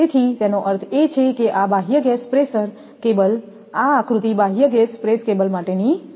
તેથી તેનો અર્થ એ છે કે આ બાહ્ય ગેસ પ્રેશર કેબલ છે આ આકૃતિ બાહ્ય ગેસ પ્રેશર કેબલ માટે છે